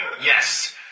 Yes